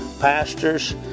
pastors